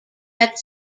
that